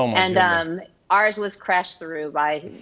um and um ours was crashed through by,